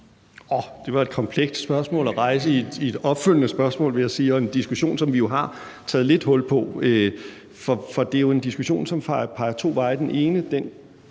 Det var et kompleks spørgsmål at rejse i et opfølgende spørgsmål, vil jeg sige. Det er en diskussion, som vi jo har taget lidt hul på, og det er en diskussion, som peger to veje. På den ene